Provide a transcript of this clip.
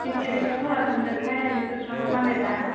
बेसे बेसे टला थांगोनथाय बेफोर स'नाखौ बानायबा